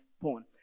porn